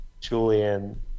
Julian